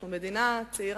אנחנו מדינה צעירה,